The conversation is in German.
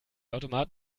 automat